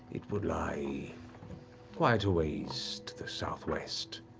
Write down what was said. it would lie quite a ways to the southwest,